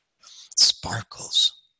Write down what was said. Sparkles